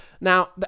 Now